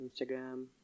Instagram